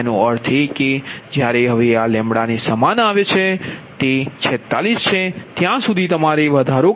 તેનો અર્થ એ કે જ્યારે હવે આ ને સમાન આવે છે જે 46 છે ત્યાં સુધી તમે વધારો કરો